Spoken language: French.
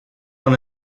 dans